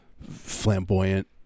Flamboyant